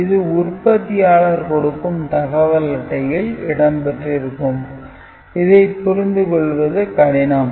இது உற்பத்தியாளர் கொடுக்கும் தகவல் அட்டையில் இடம் பெற்றிருக்கும் இதைப் புரிந்துகொள்வது கடினம்